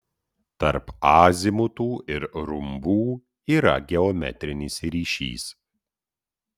tarp azimutų ir rumbų yra geometrinis ryšys